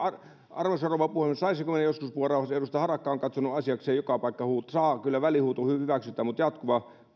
arvoisa rouva puhemies saisinko minä joskus puhua rauhassa edustaja harakka on katsonut asiakseen joka paikkaan huutaa saa ja kyllä välihuuto hyväksytään mutta jatkuva